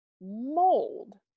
mold